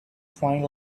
find